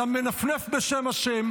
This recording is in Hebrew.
אתה מנפנף בשם השם,